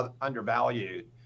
undervalued